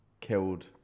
killed